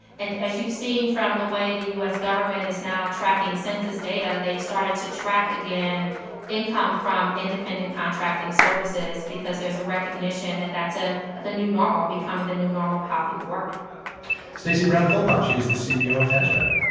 and as you've seen from the way the u s. government is now tracking census data, they've started to track again income from independent contracting services because there's a recognition that that's ah the new normal, or becoming the new normal, of how people work stacy brown-philpot. she is the ceo of taskrabbit.